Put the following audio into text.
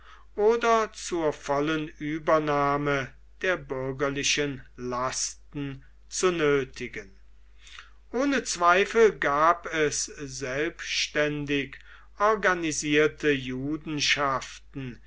oder zur vollen übernahme der bürgerlichen lasten zu nötigen ohne zweifel gab es selbständig organisierte